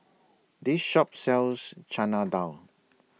This Shop sells Chana Dal